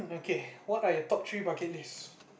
okay what are your top three bucket list